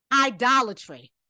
Idolatry